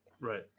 Right